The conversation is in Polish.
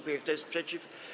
Kto jest przeciw?